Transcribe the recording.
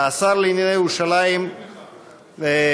השר לענייני ירושלים כאן,